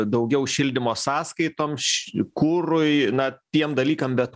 daugiau šildymo sąskaitoms kurui na tiem dalykam bet